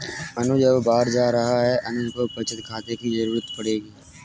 अनुज अब बाहर जा रहा है अनुज को बचत खाते की जरूरत पड़ेगी